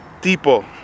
Tipo